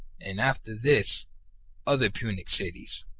and after this other punic cities.